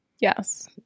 Yes